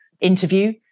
interview